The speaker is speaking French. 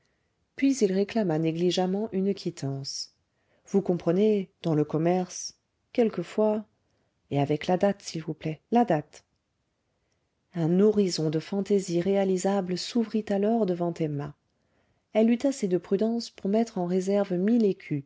puis il réclama négligemment une quittance vous comprenez dans le commerce quelquefois et avec la date s'il vous plaît la date un horizon de fantaisies réalisables s'ouvrit alors devant emma elle eut assez de prudence pour mettre en réserve mille